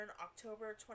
October